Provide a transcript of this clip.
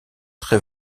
très